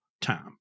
time